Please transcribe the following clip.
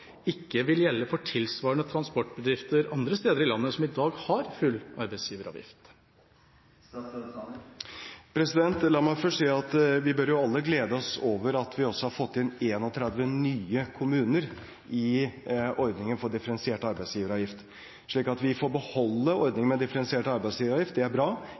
ikke vil gjelde for tilsvarende transportbedrifter andre steder i landet som i dag har full arbeidsgiveravgift? La meg først si at vi alle bør jo glede oss over at vi har fått inn 31 nye kommuner i ordningen for differensiert arbeidsgiveravgift. At vi får beholde ordningen med differensiert arbeidsgiveravgift, er bra.